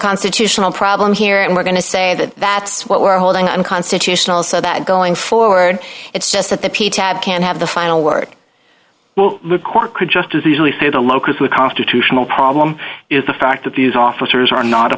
constitutional problem here and we're going to say that that's what we're holding unconstitutional so that going forward it's just that the p tab can't have the final word well the court could just as easily say the locus of the constitutional problem is the fact that these officers are not a